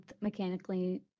mechanically